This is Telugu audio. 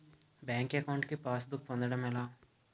బ్యాంక్ అకౌంట్ కి పాస్ బుక్ పొందడం ఎలా?